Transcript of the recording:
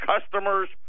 customers